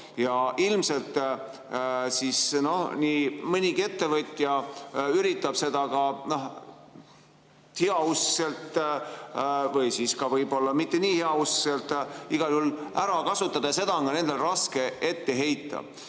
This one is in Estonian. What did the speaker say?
ja ilmselt nii mõnigi ettevõtja üritab seda heauskselt või siis mitte nii heauskselt igal juhul ära kasutada ja seda on nendele raske ette heita.